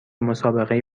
مسابقه